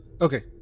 Okay